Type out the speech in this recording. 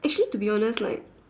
actually to be honest like